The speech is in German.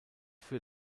für